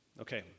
Okay